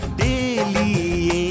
daily